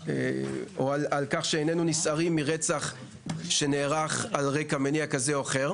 או על כך שאיננו נסערים מרצח שמתרחש על רקע מניע כזה או אחר.